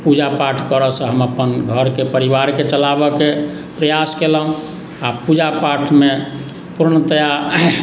पूजा पाठ करयसँ हम अपन घरके परिवारके चलाबयके प्रयास केलहुँ आ पूजा पाठमे पूर्णतया